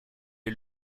est